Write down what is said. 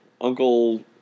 uncle